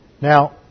Now